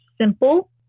simple